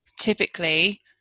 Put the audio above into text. typically